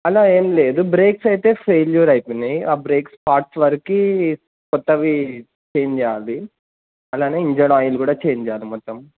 అలా ఏం లేదు బ్రేక్స్ అయితే ఫెయిల్యూర్ అయిపోయాయి ఆ బ్రేక్స్ పార్ట్స్ వరకు కొత్తవి చేంజ్ చేయ్యాలి అలాగే ఇంజన్ ఆయిల్ కూడా చేంజ్ చెయ్యాలి మొత్తం